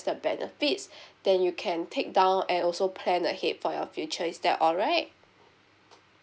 the benefits that you can take down and also plan ahead for your future is that alright